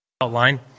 outline